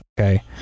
okay